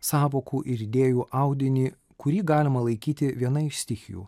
sąvokų ir idėjų audinį kurį galima laikyti viena iš stichijų